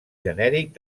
genèric